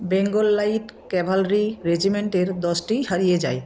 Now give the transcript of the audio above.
Bengal light cavalry রেজিমেন্টের দশটিই হারিয়ে যায়